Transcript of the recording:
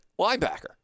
linebacker